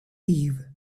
eve